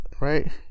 right